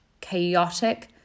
chaotic